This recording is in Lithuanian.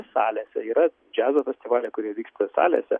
salėse yra džiazo festivaliai kurie vyksta salėse